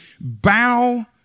bow